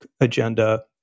agenda